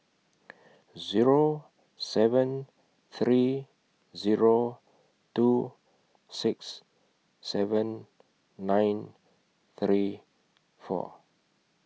Zero seven three Zero two six seven nine three four